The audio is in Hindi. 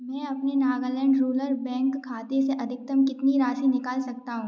मैं अपने नागालैंड रूलर बैंक खाते से अधिकतम कितनी राशि निकाल सकता हूँ